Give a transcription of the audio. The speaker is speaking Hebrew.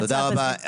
תודה רבה.